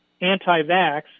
anti-vax